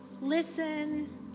Listen